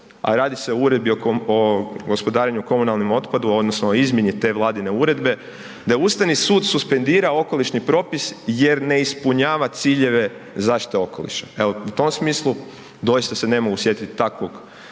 a radi se o uredbi o gospodarenju komunalnim otpadom o izmjeni te Vladine uredbe da ustavni sud suspendira okolišni propis jer ne ispunjava ciljeve zaštite okoliša. Evo, u tom smislu doista se ne mogu sjetit takvog